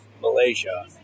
Malaysia